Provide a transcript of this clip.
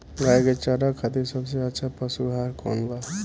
गाय के चारा खातिर सबसे अच्छा पशु आहार कौन बा?